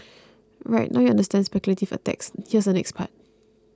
alright now you understand speculative attacks here's the next part